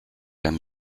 aime